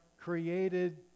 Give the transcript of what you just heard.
created